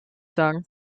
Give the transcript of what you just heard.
sagen